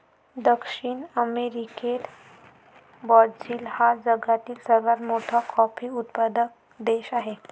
दक्षिण अमेरिकेत ब्राझील हा जगातील सर्वात मोठा कॉफी उत्पादक देश आहे